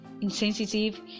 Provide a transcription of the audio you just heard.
insensitive